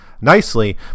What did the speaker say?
nicely